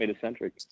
Centric